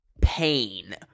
pain